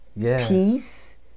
peace